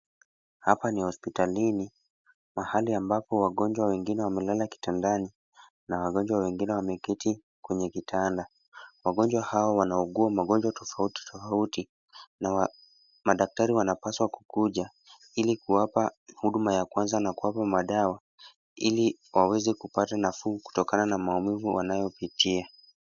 Hapa ni hospitalini. Mahali ambapo wagonjwa wengine wamelala kitandani, na wagonjwa wengine wameketi kwenye vitanda. Wagonjwa hao wanaugua magonjwa tofauti tofauti, na madaktari wanapaswa kukuja ili kuwapa huduma ya kwanza na kuwapa madawa Ili waweze kupata nafuu kutokana na maumivu wanayopitia.